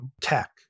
tech